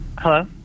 Hello